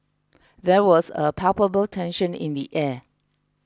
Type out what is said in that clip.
there was a palpable tension in the air